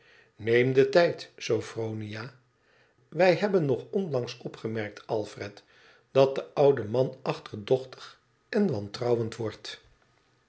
neem den tijd sophronia wij hebben nog onlangs opgemerkt alfred dat de oude man achterdochtig en wantrouwend wordt